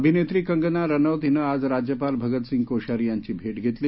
अभिनेत्री कंगणा रनौत हिनं आज राज्यपाल भगतसिंग कोश्यारी यांची भेट घेतली